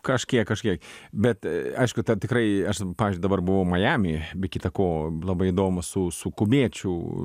kažkiek kažkiek bet aišku tą tikrai aš pavyzdžiui dabar buvau majamy be kita ko labai įdomu su su kubiečiu